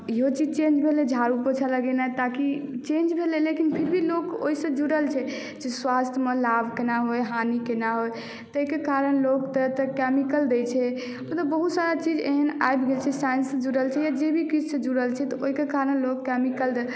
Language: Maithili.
इहो चीज चेंज भेलै झाड़ू पोंछा लगेनाइ ताकी चेंज भेलै लेकिन फिर भी लोक ओहिसँ जुड़ल छै जे स्वास्थ्यमे लाभ केना होइ हानि केना होइ ताहिके कारण लोक तरह तरहक केमिकल दै छै बहुत सारा चीज एहन आबि गेल छै साइंससॅं जुड़ल छै या जे भी किछु से जुड़ल छै तऽ ओहिके कारण लोक केमिकल